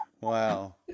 Wow